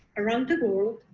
around the the world,